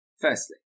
Firstly